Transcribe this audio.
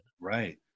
Right